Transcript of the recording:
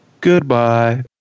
Goodbye